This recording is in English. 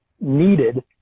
needed